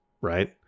right